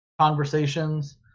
conversations